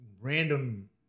random